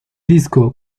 disco